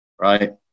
right